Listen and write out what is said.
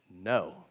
no